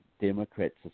Democrats